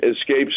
escapes